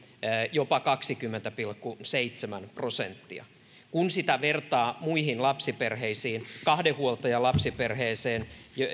jopa kaksikymmentä pilkku seitsemän prosenttia kun sitä vertaa muihin lapsiperheisiin kahden huoltajan lapsiperheeseen